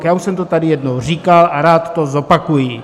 Já už jsem to tady jednou říkal a rád to zopakuji.